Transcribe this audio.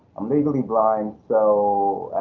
i'm legally blind so,